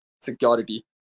security